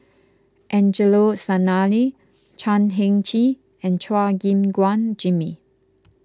Angelo Sanelli Chan Heng Chee and Chua Gim Guan Jimmy